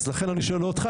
אז לכן אני שואל לא אותך,